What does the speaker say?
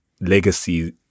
legacy